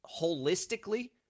Holistically